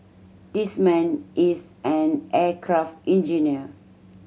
this man is an aircraft engineer